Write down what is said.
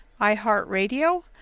iHeartRadio